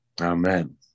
Amen